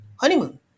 honeymoon